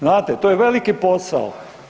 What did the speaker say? Znate to je veliki posao.